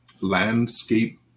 landscape